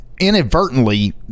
Inadvertently